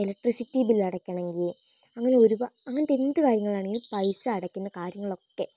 electricity ബില്ലടയ്ക്കണമെങ്കിൽ അങ്ങനെ ഒരുപാട് അങ്ങനത്തെ എന്ത് കാര്യങ്ങളാണെങ്കിൽ പൈസ അടയ്ക്കുന്ന കാര്യങ്ങളൊക്കെ